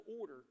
order